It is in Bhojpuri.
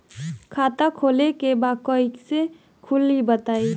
खाता खोले के बा कईसे खुली बताई?